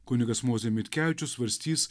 kunigas mozė mitkevičius svarstys